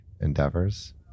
endeavors